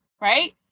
right